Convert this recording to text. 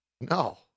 No